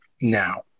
now